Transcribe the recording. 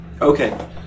Okay